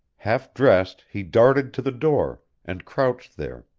half dressed he darted to the door, and crouched there,